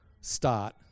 start